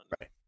Right